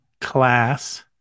Class